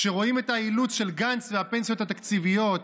כשרואים את האילוץ של גנץ והפנסיות התקציביות,